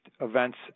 events